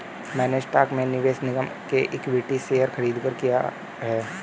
मैंने स्टॉक में निवेश निगम के इक्विटी शेयर खरीदकर किया है